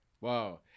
Wow